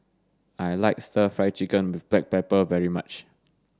I like stir fry chicken with black pepper very much